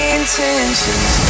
intentions